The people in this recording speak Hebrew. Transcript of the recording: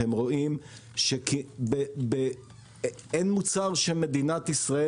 אתם רואים שאין מוצר שמדינת ישראל